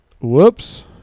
Whoops